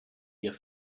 ihr